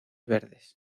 verdes